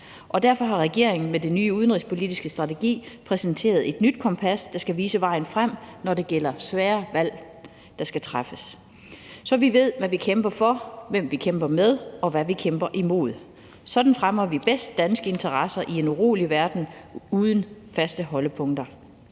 Derfor har regeringen med den nye udenrigspolitiske strategi præsenteret et nyt kompas, der skal vise vejen frem, når det gælder svære valg, der skal træffes, så vi ved, hvad vi kæmper for, hvem vi kæmper med, og hvad vi kæmper imod. Sådan fremmer vi bedst danske interesser i en urolig verden uden faste holdepunkter.